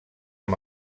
amb